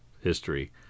history